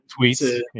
tweets